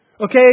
Okay